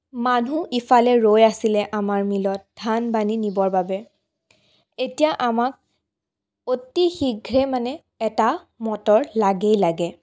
মানুহ ইফালে ৰৈ আছিলে আমাৰ মিলত ধান বানি নিবৰ বাবে এতিয়া আমাক অতি শীঘ্ৰে মানে এটা মটৰ লাগেই লাগে